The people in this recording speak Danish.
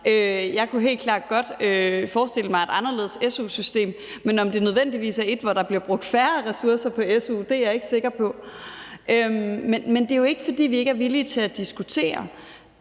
Jeg kunne helt klart godt forestille mig et anderledes su-system, men om det nødvendigvis er et, hvor der bliver brugt færre ressourcer på su, er jeg ikke sikker på. Men det er jo ikke, fordi vi ikke er villige til at diskutere.